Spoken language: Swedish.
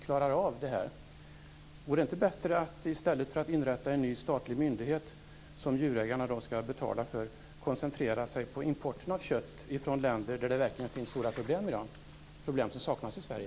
Vore det inte bättre att i stället för att inrätta en ny statlig myndighet som djurägarna skall betala för koncentrera sig på import av kött från länder där det verkligen finns stora problem i dag, problem som saknas i Sverige?